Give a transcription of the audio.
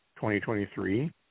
2023